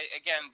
again